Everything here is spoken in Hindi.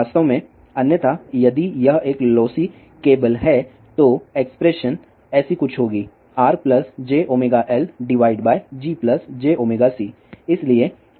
वास्तव में अन्यथा यदि यह एक लोसी केबल है तो एक्सप्रेशन ऐसी कुछ होगी RjωL GjωC